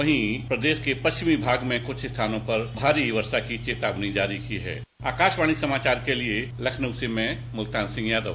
साथ ही प्रदेश के पश्चिमी भाग में कुछ स्थानों पर भारी वर्षा की चेतावनी जारी की है आकाशवाणी समाचार के लिए लखनऊ से मैं मुल्तान सिंह यादव